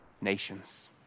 nations